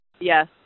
yes